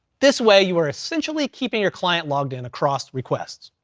this way you are essentially keeping your client logged in across requests.